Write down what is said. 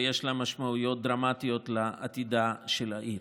ויש לה משמעויות דרמטיות לעתידה של העיר.